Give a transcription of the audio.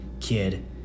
kid